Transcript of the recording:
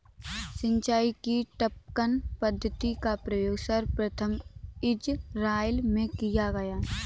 सिंचाई की टपकन पद्धति का प्रयोग सर्वप्रथम इज़राइल में किया गया